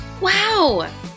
Wow